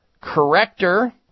corrector